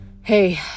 Hey